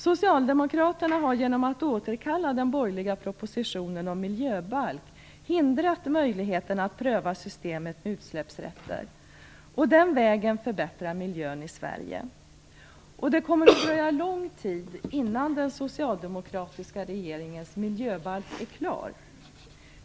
Socialdemokraterna har genom att återkalla den borgerliga propositionen om miljöbalk hindrat möjligheten att pröva systemet med utsläppsrätter och den vägen förbättra miljön i Sverige. Det kommer att dröja lång tid innan den socialdemokratiska regeringens miljöbalk är klar.